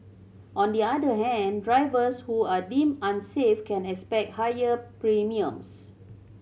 on the other hand drivers who are deemed unsafe can expect higher premiums